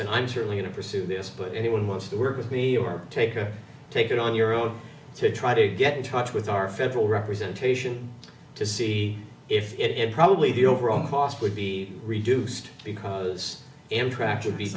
and i'm sure i'm going to pursue this but anyone wants to work with me or take a take it on your own to try to get in touch with our federal representation to see if it is probably the overall cost would be reduced because amtrak